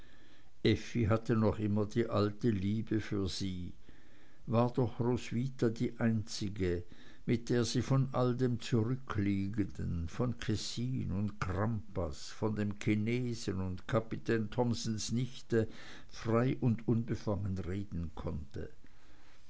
effi hatte noch immer die alte liebe für sie war doch roswitha die einzige mit der sie von all dem zurückliegenden von kessin und crampas von dem chinesen und kapitän thomsens nichte frei und unbefangen reden konnte